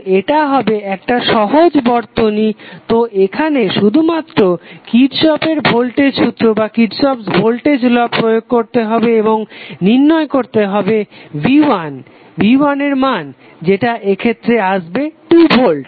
তো এটা হবে একটা সহজ বর্তনী তো এখানে শুধুমাত্র কিরর্শফের ভোল্টেজ সূত্র Kirchhoffs voltage law প্রয়োগ করতে হবে এবং নির্ণয় করতে হবে v1 এর মান যেটা এক্ষেত্রে আসবে 2 ভোল্ট